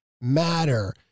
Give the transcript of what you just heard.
matter